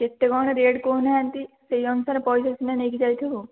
କେତେ କ'ଣ ରେଟ୍ କହୁନାହାନ୍ତି ସେହି ଅନୁସାରେ ପଇସା ସିନା ନେଇକି ଯାଇଥିବୁ